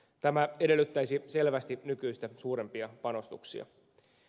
tämä edellyttäisi selvästi nykyistä suurempia panostuksia